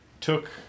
took